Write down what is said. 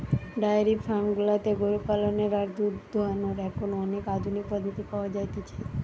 diary farm গুলাতে গরু পালনের আর দুধ দোহানোর এখন অনেক আধুনিক পদ্ধতি পাওয়া যতিছে